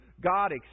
God